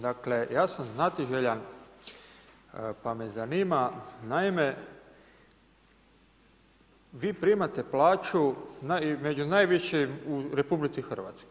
Dakle, ja sam znatiželjan, pa me zanima, naimevi primate plaću među najvišima u RH.